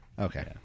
Okay